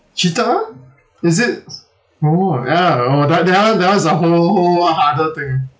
cheated ah is it oh ya oh that that one that one is a whole whole harder thing